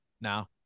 now